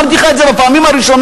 אמרתי לך את זה בפעמים הראשונות,